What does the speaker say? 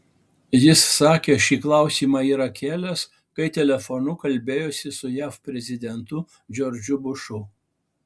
jis sakė šį klausimą yra kėlęs kai telefonu kalbėjosi su jav prezidentu džordžu bušu